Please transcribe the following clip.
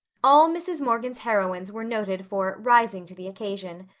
all mrs. morgan's heroines were noted for rising to the occasion.